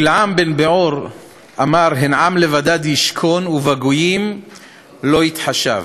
בלעם בן בעור אמר: הן עם לבדד ישכון ובגויים לא יתחשב.